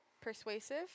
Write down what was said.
persuasive